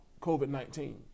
COVID-19